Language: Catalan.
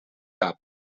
cap